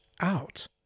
out